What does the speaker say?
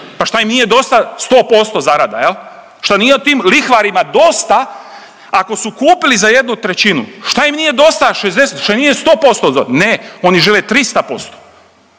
Pa šta im nije dosta 100% zarada, je li? Šta nije tim lihvarima dosta, ako su kupili za jednu trećinu, šta im nije dosta 60, šta nije 100% .../nerazumljivo/..., ne, oni žele 300%.